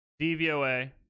DVOA